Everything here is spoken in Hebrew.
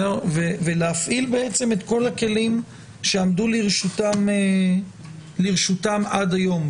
ולהפעיל בעצם את כל הכלים שעמדו לרשותם עד היום.